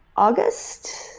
august.